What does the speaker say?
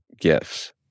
gifts